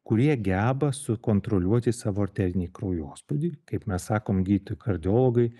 kurie geba sukontroliuoti savo arterinį kraujospūdį kaip mes sakom gydytojai kardiologai